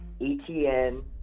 ETN